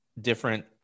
different